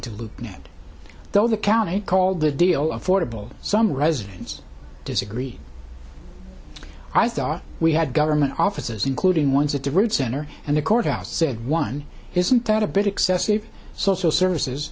the county called the deal of fordable some residents disagree i thought we had government offices including ones at the root center and the courthouse said one isn't that a bit excessive social services